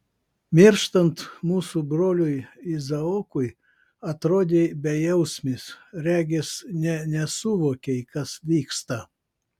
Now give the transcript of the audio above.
mirštant mūsų broliui izaokui atrodei bejausmis regis nė nesuvokei kas vyksta